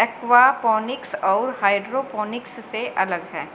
aquaponics और hydroponics से अलग है